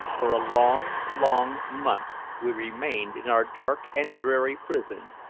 for a long, long month we remained in our dark and dreary prison,